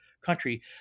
country